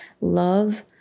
love